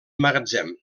magatzem